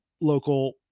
local